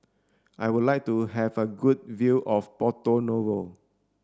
I would like to have a good view of Porto Novo